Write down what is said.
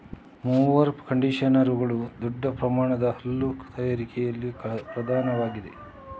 mower ಕಂಡಿಷನರುಗಳು ದೊಡ್ಡ ಪ್ರಮಾಣದ ಹುಲ್ಲು ತಯಾರಿಕೆಯಲ್ಲಿ ಪ್ರಧಾನವಾಗಿವೆ